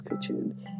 Kitchen